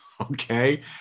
Okay